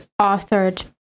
authored